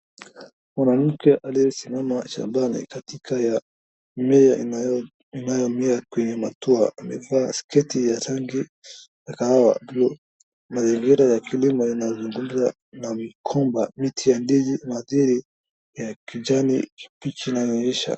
Mwanamke aliyesimama shambani katika ya mimea inayomea kwenye matua amevaa sketi ya rangi ya kahawa. Mazingira ya kilimo inazungumza na migomba, miti ya ndizi nadhiri ya kijani kibichi inanionyesha.